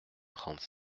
trente